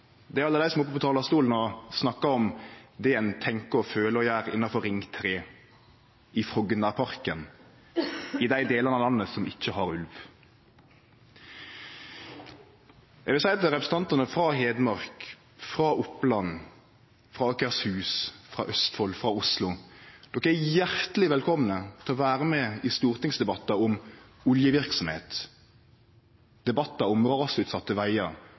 er alle dei som går på talarstolen og snakkar om det ein tenkjer, føler og gjer innanfor Ring 3, i Frognerparken – i dei delane av landet som ikkje har ulv. Eg vil seie til representantane frå Hedmark, Oppland, Akershus, Østfold og Oslo: De er hjarteleg velkomne til å vere med i stortingsdebattar om oljeverksemd, om rasutsette vegar,